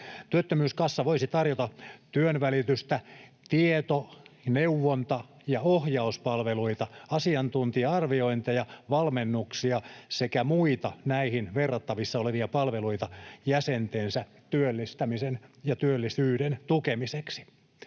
Työttömyyskassa voisi tarjota työnvälitystä, tieto-, neuvonta- ja ohjauspalveluita, asiantuntija-arviointeja, valmennuksia sekä muita näihin verrattavissa olevia palveluita jäsentensä työllistämisen ja työllisyyden tukemiseksi.